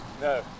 No